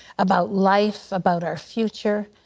about life, about our future.